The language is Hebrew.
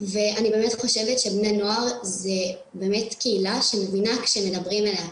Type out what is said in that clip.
ואני חושבת שבני הנוער זו קהילה שמבינה שמדברים אליה,